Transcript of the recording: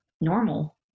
normal